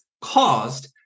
caused